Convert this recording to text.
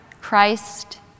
Christ